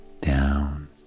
down